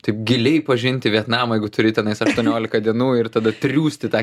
taip giliai pažinti vietnamą jeigu turi tenais aštuoniolika dienų ir tada triūsti tą